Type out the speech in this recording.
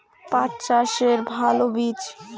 পাঠ চাষের ভালো বীজ?